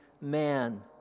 man